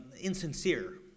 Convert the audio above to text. insincere